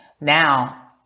Now